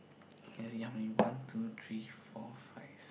let's see how many one two three four five six